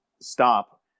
stop